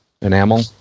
enamel